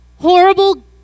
horrible